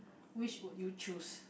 which would you choose